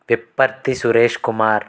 Vipparthi Suresh Kumar